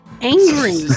angry